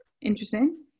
Interesting